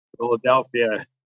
Philadelphia